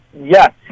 Yes